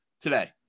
today